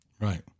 Right